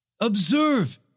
observe